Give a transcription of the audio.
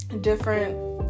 different